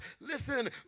Listen